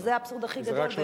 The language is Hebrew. שזה האבסורד הכי גדול.